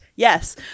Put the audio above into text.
Yes